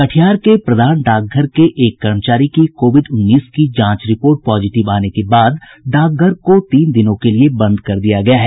कटिहार के प्रधान डाकघर के एक कर्मचारी की कोविड उन्नीस की जांच रिपोर्ट पॉजिटिव आने के बाद डाकघर को तीन दिनों के लिए बंद कर दिया गया है